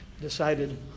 decided